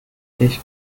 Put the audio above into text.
ich